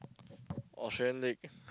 Australian-League